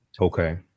Okay